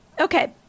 Okay